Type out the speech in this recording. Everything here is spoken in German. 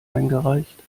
eingereicht